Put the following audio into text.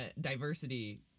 diversity